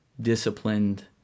disciplined